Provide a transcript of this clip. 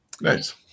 Nice